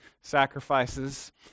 sacrifices